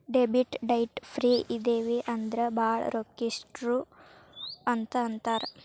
debit ಡೈಟ್ ಫ್ರೇ ಇದಿವಿ ಅಂದ್ರ ಭಾಳ್ ರೊಕ್ಕಿಷ್ಟ್ರು ಅಂತ್ ಅಂತಾರ